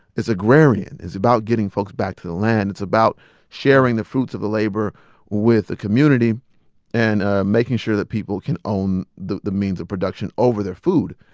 it's agrarian. it's about getting folks back to the land. it's about sharing the fruits of the labor with the community and ah making sure that people can own the the means of production over their food.